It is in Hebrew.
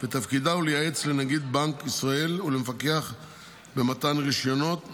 ותפקידה הוא לייעץ לנגיד בנק ישראל ולמפקח במתן רישיונות,